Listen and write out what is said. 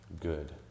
good